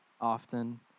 often